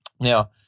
Now